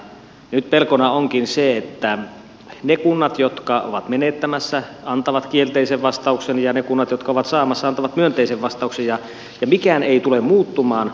nyt pelkona onkin se että ne kunnat jotka ovat menettämässä antavat kielteisen vas tauksen ja ne kunnat jotka ovat saamassa antavat myönteisen vastauksen ja mikään ei tule muuttumaan